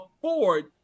afford